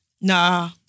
Nah